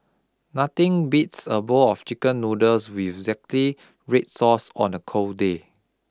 nothing beats a bowl of chicken noodles with zingy red sauce on a cold day